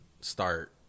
start –